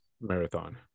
marathon